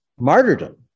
Martyrdom